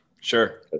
Sure